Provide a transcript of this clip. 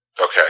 Okay